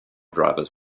drivers